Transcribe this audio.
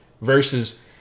Versus